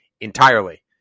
entirely